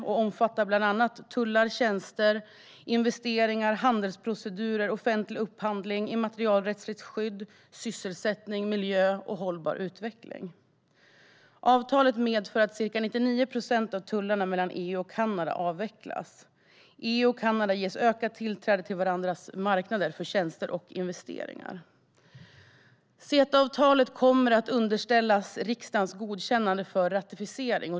Det omfattar bland annat tullar, tjänster, investeringar, handelsprocedurer, offentlig upphandling, immaterialrättsligt skydd, sysselsättning, miljö och hållbar utveckling. Avtalet medför att ca 99 procent av tullarna mellan EU och Kanada avvecklas. EU och Kanada ges ökat tillträde till varandras marknader för tjänster och investeringar. CETA-avtalet kommer att underställas riksdagens godkännande för ratificering.